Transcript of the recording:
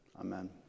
Amen